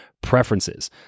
preferences